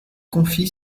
confit